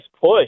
push